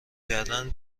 کردن